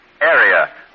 area